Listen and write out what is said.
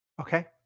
Okay